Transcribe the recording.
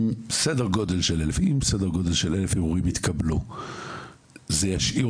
אם כ-1,000 ערעורים יתקבלו זה ישאיר